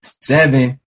seven